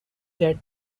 that